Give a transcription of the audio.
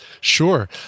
Sure